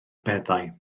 beddau